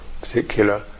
particular